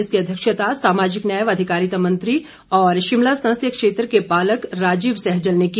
इसकी अध्यक्षता सामाजिक न्याय व अधिकारिता मंत्री और शिमला संसदीय क्षेत्र के पालक राजीव सहजल ने की